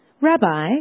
Rabbi